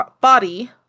body